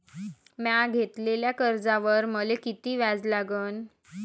म्या घेतलेल्या कर्जावर मले किती व्याज लागन?